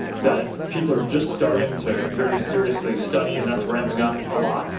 that people are just starting to very seriously study, and that's ramping up a lot.